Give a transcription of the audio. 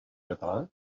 català